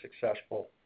successful